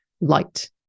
light